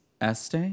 Este